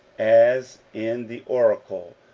as in the oracle,